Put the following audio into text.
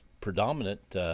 predominant